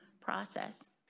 process